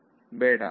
ವಿದ್ಯಾರ್ಥಿ ಬೇಡ